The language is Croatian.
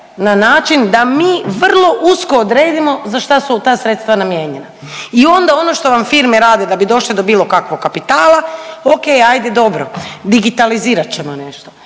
na način da mi vrlo usko odredimo za šta su ta sredstva namijenjena i onda ono što vam firme rade da bi došle do bilo kakvog kapitala, okej, ajde dobro, digitalizirat ćemo nešto,